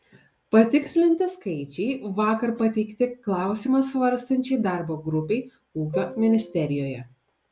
patikslinti skaičiai vakar pateikti klausimą svarstančiai darbo grupei ūkio ministerijoje